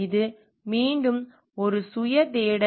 இது மீண்டும் ஒரு சுய தேடல்